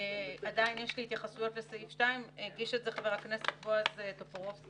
עדיין יש לי התייחסויות לסעיף 2. הגיש אותן חבר הכנסת בועז טופורובסקי.